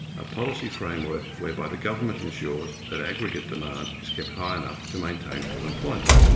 a policy framework whereby the government ensures that aggregate demand is kept high enough to maintain full employment.